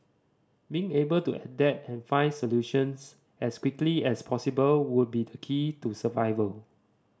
being able to adapt and find solutions as quickly as possible would be the key to survival